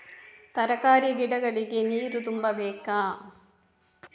ತರಕಾರಿ ಗಿಡಗಳಿಗೆ ನೀರು ತುಂಬಬೇಕಾ?